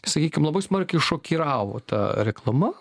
sakykim labai smarkiai šokiravo ta reklama